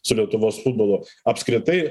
su lietuvos futbolu apskritai